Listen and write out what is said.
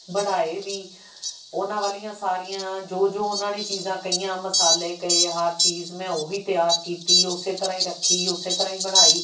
ਬਣਾਏ ਵੀ ਉਹਨਾਂ ਵਾਲੀਆਂ ਸਾਰੀਆਂ ਜੋ ਜੋ ਉਹਨਾਂ ਨੇ ਚੀਜ਼ਾਂ ਕਹੀਆਂ ਮਸਾਲੇ ਕਹੇ ਹਰ ਚੀਜ਼ ਮੈਂ ਉਹ ਹੀ ਤਿਆਰ ਕੀਤੀ ਉਸੇ ਤਰ੍ਹਾਂ ਹੀ ਰੱਖੀ ਉਸੇ ਤਰ੍ਹਾਂ ਹੀ ਬਣਾਈ